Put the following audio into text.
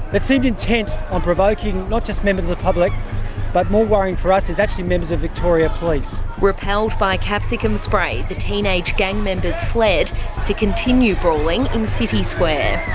they seemed intent on provoking not just members of the public but, more worrying for us, is actually members of victoria police. repelled by capsicum spray, the teenage gang members fled to continue brawling in city square.